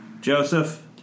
Joseph